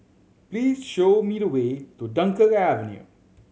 please show me the way to Dunkirk Avenue